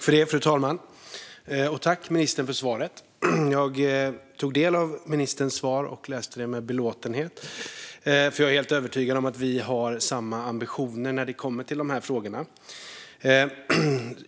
Fru talman! Tack, ministern, för svaret! Jag tog del av ministerns svar med belåtenhet. Jag är helt övertygad om att vi har samma ambitioner när det kommer till de här frågorna.